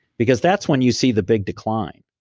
because that's when you see the big decline,